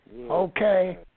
Okay